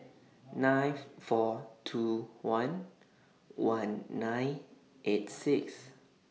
nine four two one one nine eight six